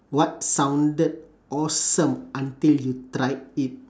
what sounded awesome until you tried it